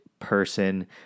Person